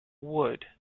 wood